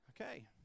Okay